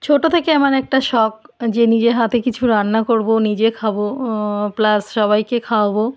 ছোটো থেকে আমার একটা শখ যে নিজে হাতে কিছু রান্না করবো নিজে খাবো প্লাস সবাইকে খাওয়াবো